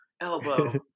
elbow